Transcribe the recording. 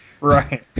Right